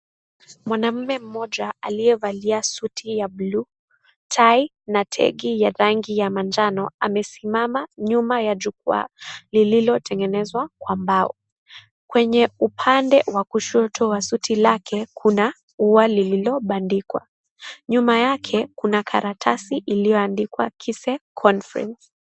Mwanamume mmoja aliyevalia suti ya bluu, tai na tegi ya manjano, amesimama nyuma ya jukwaa lililotengenezwa kwa mbao. Kwenye upande wa kushoto wa suti lake kuna ua lililobandikwa. Nyuma yake kuna karatasi iliyoandikwa KISE CONFERENCE .